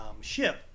ship